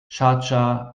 schardscha